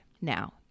Now